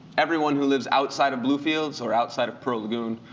everyone who lives outside of blue fields, or outside of pearl lagoon,